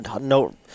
no